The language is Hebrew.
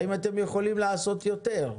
האם אתם יכולים לעשות יותר?